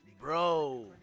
Bro